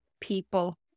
people